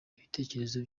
ibitekerezo